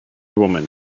woman